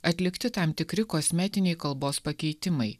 atlikti tam tikri kosmetiniai kalbos pakeitimai